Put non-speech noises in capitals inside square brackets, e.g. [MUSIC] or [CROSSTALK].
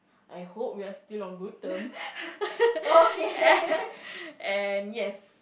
I hope we're still on good terms [LAUGHS] and yes